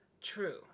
True